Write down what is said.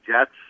jets